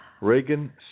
Reagan